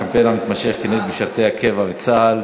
הקמפיין המתמשך כנגד משרתי הקבע וצה"ל,